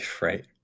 Right